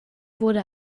wurde